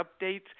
Updates